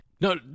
No